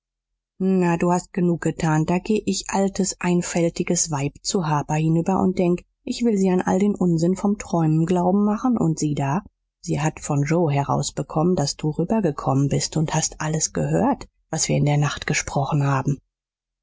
na du hast genug getan da geh ich altes einfältiges weib zur harper hinüber und denk ich will sie an all den unsinn vom träumen glauben machen und siehe da sie hat von joe herausbekommen daß du rüber gekommen bist und hast alles gehört was wir in der nacht gesprochen haben